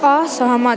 असहमत